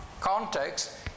context